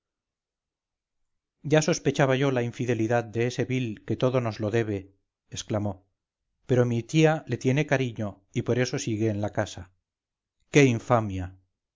ya sospechaba yo la infidelidad de ese vil que todo nos lo debe exclamó pero mi tía le tiene cariño y por eso sigue en la casa qué infamia